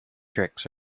tricks